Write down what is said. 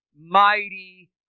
Mighty